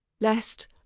lest